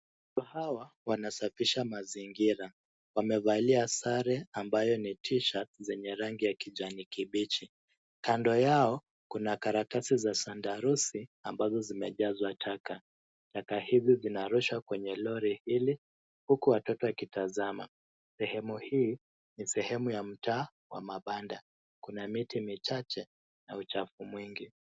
Hawa wanasafisha mazingira. Wamevalia sare ambayo ni t-shirt zenye rangi ya kijani kibichi. Kando yao kuna karatasi za sandarusi ambazo zimejazwa taka. Chakaa hizi zinarushwa kwenye lori hili huku watoto wakitazama. Sehemu hii ni sehemu ya mtaa wa mabanda. Kuna miti michache na uchafu mwingi.